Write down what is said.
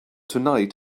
tonight